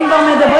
אם כבר מדברים,